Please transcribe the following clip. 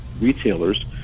retailers